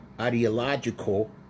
ideological